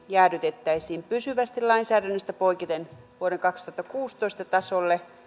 jäädytettäisiin pysyvästi lainsäädännöstä poiketen vuoden kaksituhattakuusitoista tasolle